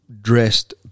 dressed